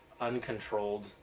uncontrolled